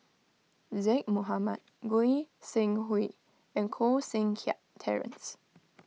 Zaqy Mohamad Goi Seng Hui and Koh Seng Kiat Terence